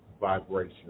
vibration